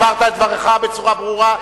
הבהרת את דבריך בצורה ברורה.